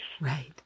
Right